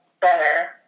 better